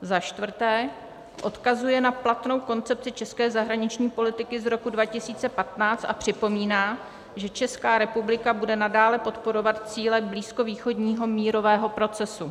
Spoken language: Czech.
IV. odkazuje na platnou koncepci české zahraniční politiky z roku 2015 a připomíná, že Česká republika bude nadále podporovat cíle blízkovýchodního mírového procesu;